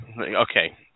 Okay